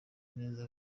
neza